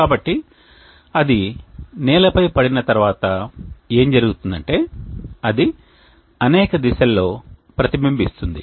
కాబట్టి అది నేలపై పడిన తర్వాత ఏమి జరుగుతుందంటే అది అనేక దిశలలో ప్రతిబింబిస్తుంది